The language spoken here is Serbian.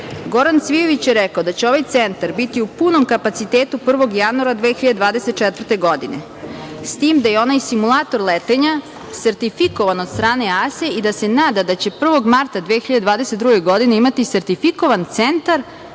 Goran Cvijović je rekao da će ovaj centar biti u punom kapacitetu 1. januara 2024. godine. S tim da je onaj simulator letenja sertifikovan od strane EASE i da se nada da će 1. marta 2022. godine imati sertifikovan centar